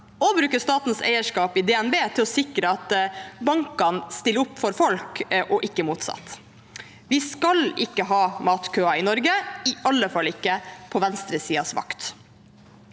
og å bruke statens eierskap i DNB til å sikre at bankene stiller opp for folk, og ikke det motsatte. Vi skal ikke ha matkøer i Norge, i alle fall ikke på venstresidens vakt.